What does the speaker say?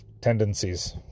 tendencies